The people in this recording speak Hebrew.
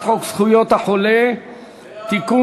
הצעת חוק זכויות החולה (תיקון,